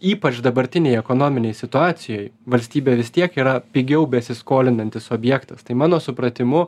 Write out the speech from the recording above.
ypač dabartinėj ekonominėj situacijoj valstybė vis tiek yra pigiau besiskolinantis objektas tai mano supratimu